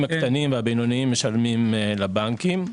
הקטנים והבינוניים משלמים לבנקים.